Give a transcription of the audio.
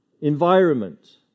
environment